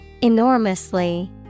Enormously